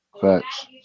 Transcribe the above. Facts